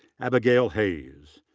abigail hayes.